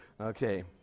Okay